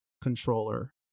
controller